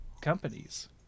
companies